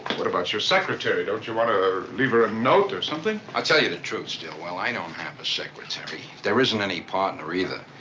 what about your secretary? don't you want to leave her a note or something? i'll tell you the truth, stillwell, i don't have a secretary. there isn't any partner, either.